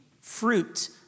fruit